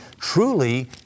truly